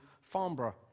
Farnborough